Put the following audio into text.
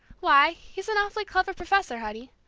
why, he's an awfully clever professor, honey,